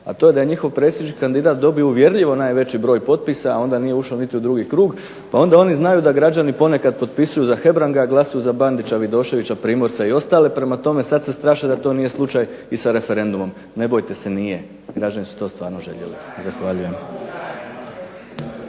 a to je da je njihov prestižni kandidat dobio uvjerljivo najveći broj potpisa, a onda nije ušao niti u drugi krug pa onda oni znaju da građani ponekad potpisuju za Hebranga, a glasaju za Bandića, Vidoševića, Primorca i ostale. Prema tome sad se straše da to nije slučaj i sa referendumom. Ne bojte se nije, građani su to stvarno željeli. Zahvaljujem.